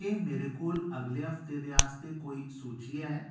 क्या मेरे कोल अगले हफ्ते दे आस्तै कोई सूची है